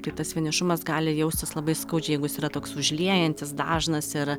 tai tas vienišumas gali jaustis labai skaudžiai jeigu jis yra toks užliejantis dažnas ir